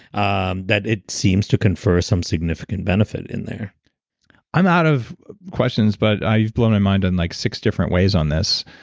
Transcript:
um that it seems to confer some significant benefit in there i'm out of questions but i've blown my mind on like six different ways on this.